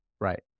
Right